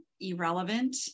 irrelevant